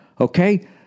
Okay